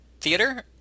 Theater